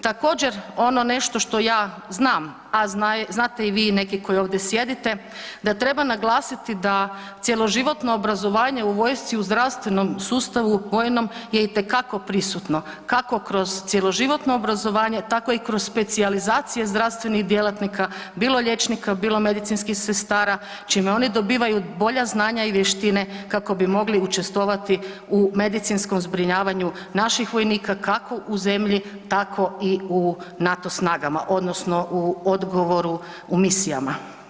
Također ono nešto što ja znam a znate i vi neki koji ovdje sjedite, da treba naglasiti da cjeloživotno obrazovanje u vojsci u zdravstvenom sustavu, vojnom je itekako prisutno, kako kroz cjeloživotno obrazovanje tako i kroz specijalizacije zdravstvenih djelatnika, bilo liječnika, bilo medicinskih sestara čime oni dobivaju bolja znanja i vještine kako bi mogli učestvovati u medicinskom zbrinjavanju naših vojnika kako u zemlji tako i u NATO snagama odnosno u odgovoru u misijama.